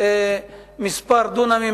כמה דונמים,